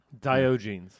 Diogenes